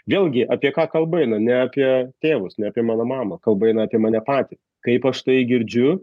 vėlgi apie ką kalba eina ne apie tėvus ne apie mano mamą kalba eina apie mane patį kaip aš tai girdžiu